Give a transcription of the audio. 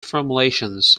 formulations